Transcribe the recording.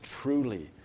truly